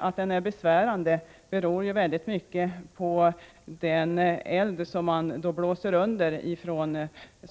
Att den är besvärande beror mycket på den eld som man från socialdemokratisk